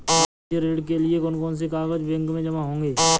आवासीय ऋण के लिए कौन कौन से कागज बैंक में जमा होंगे?